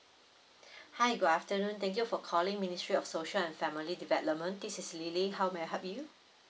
hi good afternoon thank you for calling ministry of social and family development this is lily how may I help you